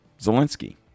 Zelensky